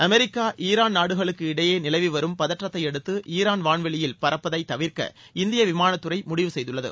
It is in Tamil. அமெரிக்கா ஈரான் நாடுகளுக்கு இடையே நிலவி வரும் பதற்றத்தையடுத்து ஈரான் வான்வெளியில் பறப்பதை தவிர்க்க இந்திய விமானத்துறை முடிவு செய்துள்ளன